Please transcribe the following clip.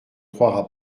croira